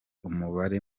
umubare